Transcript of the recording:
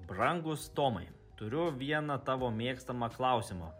brangus tomai turiu vieną tavo mėgstamą klausimą